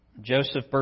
Joseph